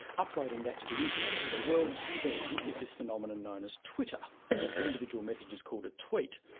uploading that to the internet for the world to see, is this phenomenon known as twitter, and the individual message is called a tweet.